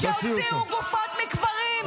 כשהוציאו גופות מקברים,